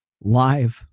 live